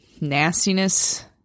nastiness